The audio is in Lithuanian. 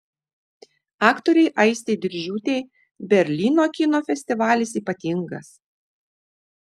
aktorei aistei diržiūtei berlyno kino festivalis ypatingas